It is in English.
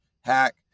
hack